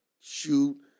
shoot